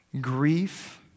grief